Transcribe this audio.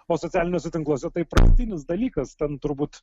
o socialiniuose tinkluose tai pagrindinis dalykas ten turbūt